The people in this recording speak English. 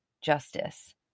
justice